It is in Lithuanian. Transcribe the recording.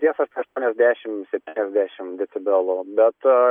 ties aštuoniasdešimt septyniasdešimt decibelų bet